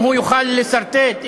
אם הוא יוכל לסרטט,